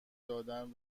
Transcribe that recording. دادن